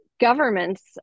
governments